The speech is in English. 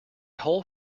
whole